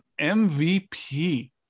MVP